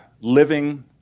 living